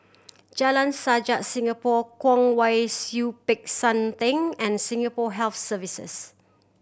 Jalan Sajak Singapore Kwong Wai Siew Peck San Theng and Singapore Health Services